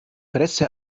fresse